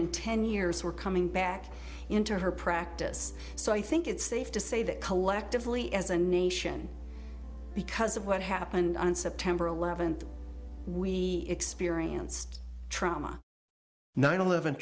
in ten years were coming back into her practice so i think it's safe to say that collectively as a nation because of what happened on september eleventh we experienced trauma nine eleven